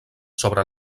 sobre